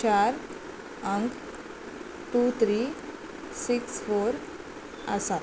चार अंक two three six four आसात